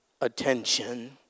attention